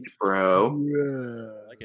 bro